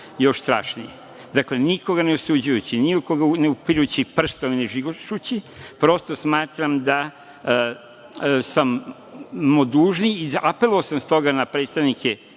još strašnije. Dakle, nikoga ne osuđujući, ni u koga ne upirući prstom i ne žigošeći ga, prosto smatram da smo dužni i apelovao sam zbog toga na predstavnike